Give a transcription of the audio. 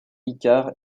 icard